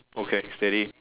okay steady